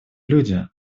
люди